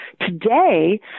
today